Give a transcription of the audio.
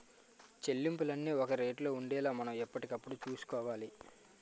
చెల్లింపులన్నీ ఒక రేటులో ఉండేలా మనం ఎప్పటికప్పుడు చూసుకోవాలి